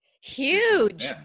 Huge